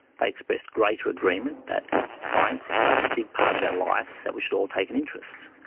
they expressed greater agreement that science is such a big part of our lives that we should all take an interest,